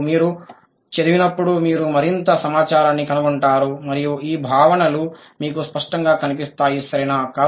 మరియు మీరు చదివినప్పుడు మీరు మరింత సమాచారాన్ని కనుగొంటారు మరియు ఈ భావనలు మీకు స్పష్టంగా కనిపిస్తాయి సరేనా